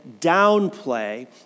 downplay